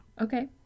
Okay